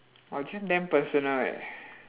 !wah! this damn personal eh